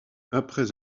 après